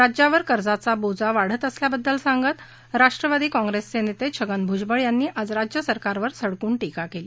राज्यावर कर्जाचा बोजा वाढत असल्याबद्दलचं सांगत राष्ट्र्वादी काँप्रेसचे नेते छ्गन भूजबळ यांनी आज राज्यसरकारवर सडकून टीका केली